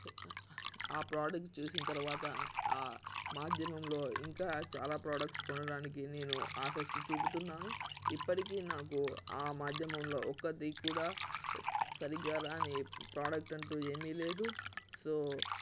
ఆ ప్రోడక్ట్ చూసిన తర్వాత ఆ మాధ్యమంలో ఇంకా చాలా ప్రోడక్ట్స్ కొనడానికి నేను ఆసక్తి చూపుతున్నాను ఇప్పటికీ నాకు ఆ మాధ్యమంలో ఒకటి కూడా సరిగ్గా రాని ప్రోడక్ట్ అంటూ ఏమీ లేదు సో